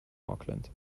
auckland